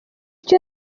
icyo